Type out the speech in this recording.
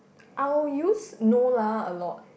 I will use no lah a lot